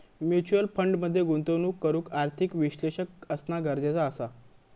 mutual fund मध्ये गुंतवणूक करूक आर्थिक विश्लेषक असना गरजेचा असा